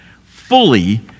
fully